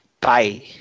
bye